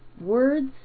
Words